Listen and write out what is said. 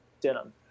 denim